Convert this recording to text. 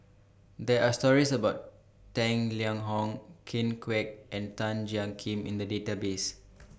There Are stories about Tang Liang Hong Ken Kwek and Tan Jiak Kim in The Database